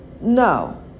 No